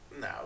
No